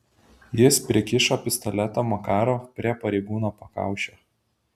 jis prikišo pistoletą makarov prie pareigūno pakaušio